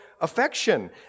affection